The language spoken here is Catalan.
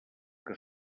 que